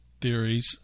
theories